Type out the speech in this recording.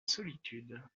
solitude